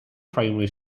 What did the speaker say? primary